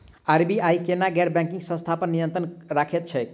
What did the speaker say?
RBI केना गैर banking संस्था पर नियत्रंण राखैत छैक?